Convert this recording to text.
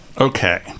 okay